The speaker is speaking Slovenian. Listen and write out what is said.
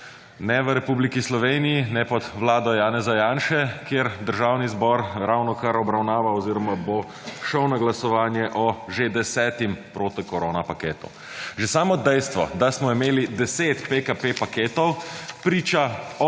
ne v Republiki Slovenije, ne pod vlado Janeza Janše kjer Državni zbor ravnokar obravnava oziroma bo šel na glasovanje o že desetem protikorona paketu. Že samo dejstvo, da smo imeli deset PKP paketov priča o